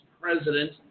president